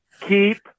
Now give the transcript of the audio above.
Keep